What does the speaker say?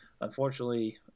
unfortunately